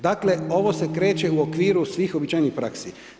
Dakle ovo se kreće u okviru svih uobičajenih praksi.